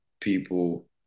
people